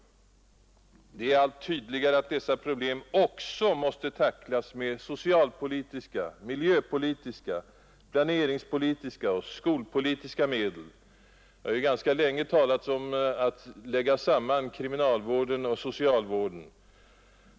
Det är allt tydligare att dessa problem också måste tacklas med socialpolitiska, miljöpolitiska, planeringspolitiska och skolpolitiska medel. Det har ju ganska länge talats om att t.ex. lägga samman kriminalvården och socialvården.